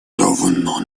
давно